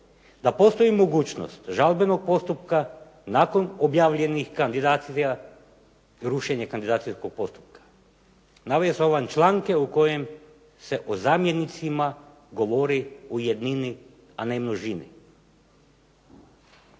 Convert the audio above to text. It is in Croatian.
da postoji mogućnost žalbenog postupka nakon objavljenih kandidata, i rušenje kandidacijskog postupka. Naveo sam vam članke u kojem se o zamjenicima govori u jednini, a ne množini.